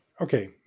okay